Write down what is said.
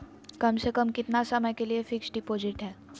कम से कम कितना समय के लिए फिक्स डिपोजिट है?